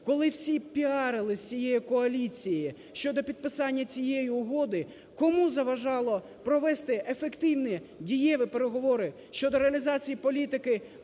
коли всі піарились з цією коаліцією щодо підписання цієї угоди, кому заважало провести ефективні, дієві переговори щодо реалізації політики